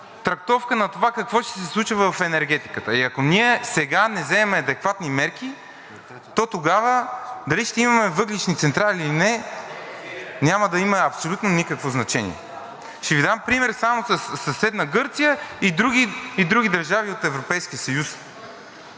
трактовка на това какво ще се случва в енергетиката. И ако ние сега не вземем адекватни мерки, то тогава дали ще имаме въглищни централи или не, няма да има абсолютно никакво значение. Ще Ви дам пример само със съседна Гърция и други държави от Европейския съюз.